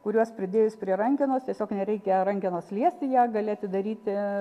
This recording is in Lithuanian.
kuriuos pridėjus prie rankenos tiesiog nereikėjo rankenos liesti ją gali atidaryti